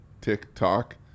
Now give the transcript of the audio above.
TikTok